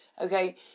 Okay